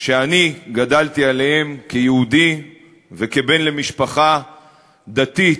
שאני גדלתי עליהם כיהודי וכבן למשפחה דתית,